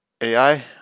AI